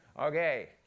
okay